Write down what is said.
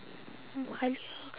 hmm Halia